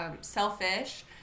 selfish